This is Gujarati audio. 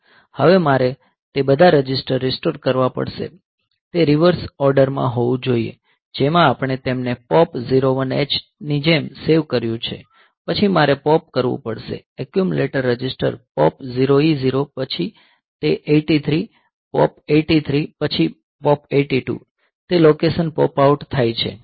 હવે મારે તે બધા રજિસ્ટર રીસ્ટોર કરવા પડશે તે રીવર્સ ઓર્ડર માં હોવું જોઈએ જેમાં આપણે તેમને POP 01 H ની જેમ સેવ કર્યું છે પછી મારે POP કરવું પડશે accumulator register POP 0E0 H પછી તે 83 H POP 83 H પછી POP 82 H તે લોકેશન પોપ આઉટ થાય છે